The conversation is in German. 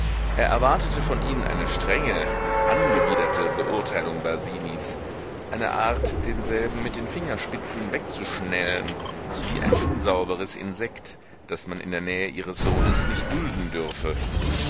er erwartete von ihnen eine strenge angewiderte beurteilung basinis eine art denselben mit den fingerspitzen wegzuschnellen wie ein unsauberes insekt das man in der nähe ihres sohne nicht dulden dürfe